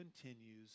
continues